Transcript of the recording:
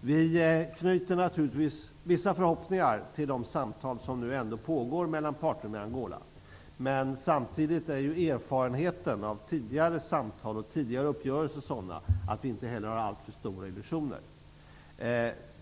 Vi knyter naturligtvis vissa förhoppningar till de samtal som ändå pågår mellan parterna i Angola. Men samtidigt är erfarenheterna av tidigare samtal och uppgörelser sådana att vi inte har alltför stora illusioner.